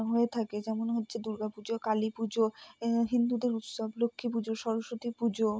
হয়ে থাকে যেমন হচ্ছে দুর্গা পুজো কালী পুজো হিন্দুদের উৎসব লক্ষ্মী পুজো সরস্বতী পুজো